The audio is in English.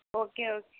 okay okay